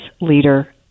leader